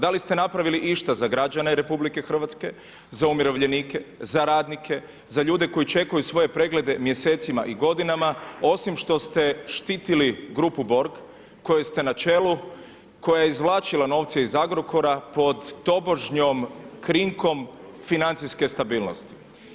Da li ste napravili išta za građane RH, za umirovljenike, za radnike, za ljude koji čekaju svoje preglede mjesecima i godinama osim što ste štitili „grupu Borg“ koje ste na čelu, koja je izvlačila novce iz Agrokora pod tobožnjom krinkom financijske stabilnosti?